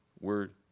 word